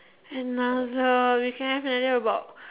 another we can have another about